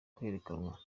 kwerekanwa